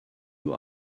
you